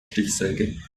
stichsäge